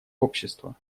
общества